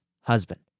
husband